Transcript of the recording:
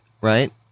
right